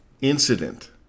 Incident